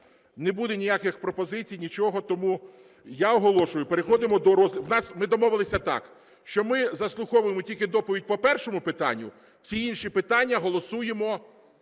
Не буде ніяких пропозицій, нічого, тому я оголошую, переходимо до… Ми домовилися так, що ми заслуховуємо тільки доповідь по першому питанню, всі інші питання голосуємо